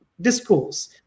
discourse